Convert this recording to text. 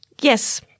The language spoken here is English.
yes